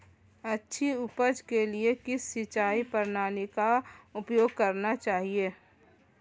अच्छी उपज के लिए किस सिंचाई प्रणाली का उपयोग करना चाहिए?